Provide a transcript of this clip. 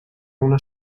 una